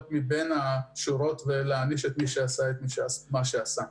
בין השורות ולהעניש את מי שעשה את מה שעשה.